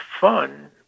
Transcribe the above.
fun